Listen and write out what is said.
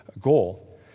goal